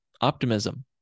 optimism